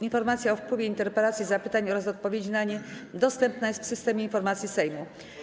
Informacja o wpływie interpelacji, zapytań oraz odpowiedzi na nie dostępna jest w Systemie Informacyjnym Sejmu.